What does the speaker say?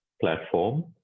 platform